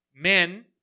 Men